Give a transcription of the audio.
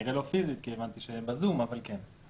כנראה שלא פיסית כי הבנתי שיהיה בזום אבל כן.